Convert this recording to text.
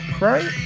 Right